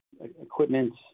equipment